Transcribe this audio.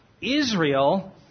Israel